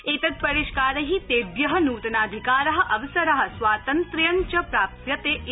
एतत्परिष्काै तेभ्य न्तनाधिकारा अवसरा स्वातन्त्र्यञ्च प्राप्स्यते इति